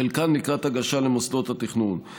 חלקן לקראת הגשה למוסדות התכנון.